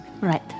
Right